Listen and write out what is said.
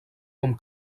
com